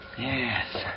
Yes